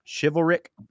chivalric